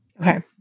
Okay